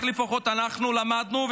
כך לפחות אנחנו למדנו,